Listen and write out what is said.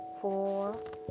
four